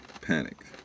panic